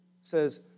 says